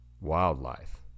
wildlife